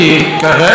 כרזה: